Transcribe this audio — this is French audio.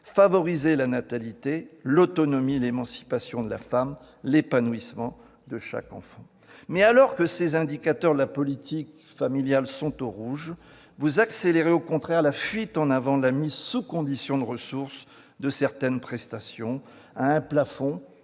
familiale ! -la natalité, l'autonomie et l'émancipation de la femme et l'épanouissement de chaque enfant. Mais alors que ces indicateurs de la politique familiale sont au rouge, vous accélérez au contraire la fuite en avant de la mise sous conditions de ressources de certaines prestations à un plafond